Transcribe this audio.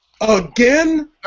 Again